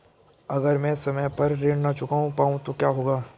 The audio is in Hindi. अगर म ैं समय पर ऋण न चुका पाउँ तो क्या होगा?